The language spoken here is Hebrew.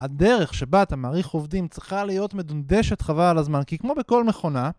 הדרך שבה את המעריך עובדים צריכה להיות מדונדשת חבל על הזמן, כי כמו בכל מכונה